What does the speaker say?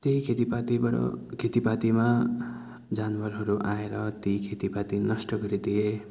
त्यही खेतीपातीबाट खेतीपातीमा जनावरहरू आएर त्यही खेतीपाती नष्ट गरिदिए